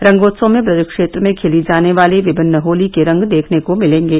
रंगोत्सव में ब्रज क्षेत्र में खेली जाने वाली विभिन्न होली के रंग देखने को मिलेंगे